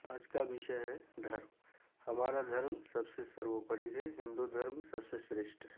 आज का विषय है धर्म हमारा धर्म सबसे सर्वोपरि है हिन्दू धर्म सबसे श्रेष्ठ है